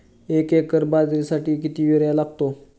एक एकर बाजरीसाठी किती युरिया लागतो?